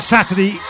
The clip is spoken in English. Saturday